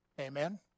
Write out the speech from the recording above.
Amen